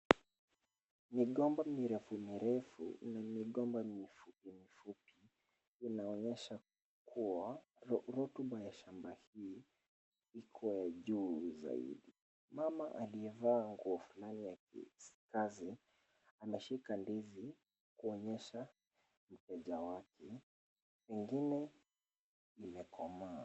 Migomba mirefu mirefu na migomba mifupi mifupi inaonyesha kuwa rotuba ya shamba hii iko ya juu zaidi. Mama aliyevaa nguo fulani ya kikazi, ameshika ndizi kuonyesha mteja wake pengine imekomaa.